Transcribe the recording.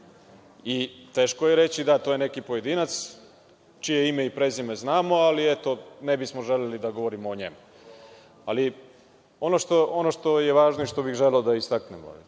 Teško je reći, da to je neki pojedinac, čije je ime i prezime znamo, ali ne bismo želeli da govorimo o njemu. Ali, ono što je važno i što bih želeo da istaknem